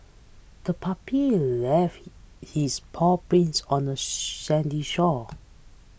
the puppy left his paw prints on the sandy shore